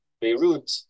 Beirut